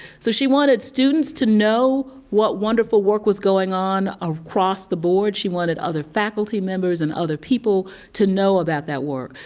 so, she wanted students to know what wonderful work was going on across the board. she wanted other faculty members and other people to know about that work.